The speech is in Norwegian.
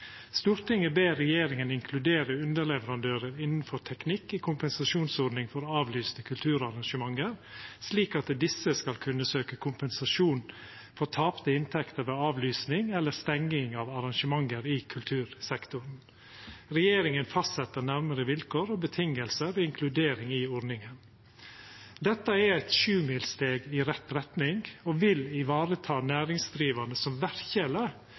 ber regjeringen inkludere underleverandører innenfor teknikk i kompensasjonsordningen for avlyste kulturarrangementer, slik at disse skal kunne søke kompensasjon for tapte inntekter ved avlysning eller stenging av arrangementer i kultursektoren. Regjeringen fastsetter nærmere vilkår og betingelser ved inkludering i ordningen.» Dette er eit sjumilssteg i rett retning, og vil vareta næringsdrivande som